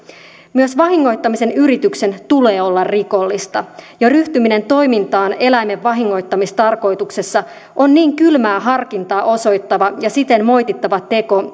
myös vahingoittamisen yrityksen tulee olla rikollista jo ryhtyminen toimintaan eläimen vahingoittamistarkoituksessa on niin kylmää harkintaa osoittava ja siten moitittava teko